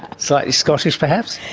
slightly scottish perhaps?